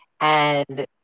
and-